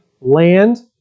land